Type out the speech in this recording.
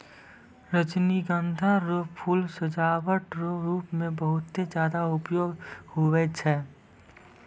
रजनीगंधा रो फूल सजावट रो रूप मे बहुते ज्यादा उपयोग हुवै छै